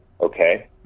okay